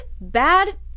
Bad